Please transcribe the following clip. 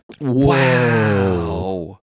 Wow